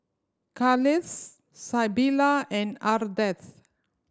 Carlisle Sybilla and Ardeth